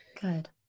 Good